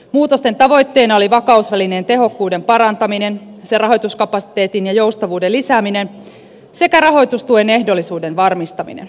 muutosten tavoitteena oli vakausvälineen tehokkuuden parantaminen sen rahoituskapasiteetin ja joustavuuden lisääminen sekä rahoitustuen ehdollisuuden varmistaminen